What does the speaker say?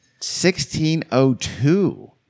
1602